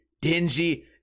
dingy